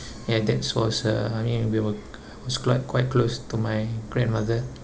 ya that's was uh I mean we were I was quite quite close to my grandmother